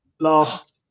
last